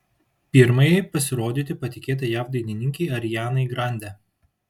pirmajai pasirodyti patikėta jav dainininkei arianai grande